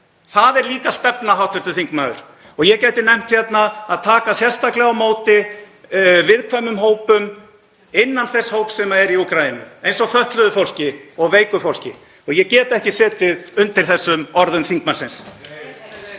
Það er líka stefna, hv. þingmaður. Ég gæti nefnt hérna að taka sérstaklega á móti viðkvæmum hópum innan þess hóps sem er í Úkraínu, eins og fötluðu fólki og veiku fólki. Ég get ekki setið undir þessum orðum þingmannsins.